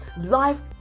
life